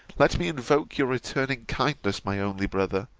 let me invoke your returning kindness, my only brother!